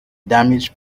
damaged